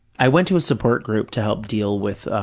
i went to a support group to help deal with, ah